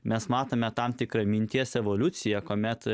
mes matome tam tikrą minties evoliuciją kuomet